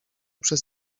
przez